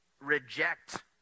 reject